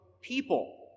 people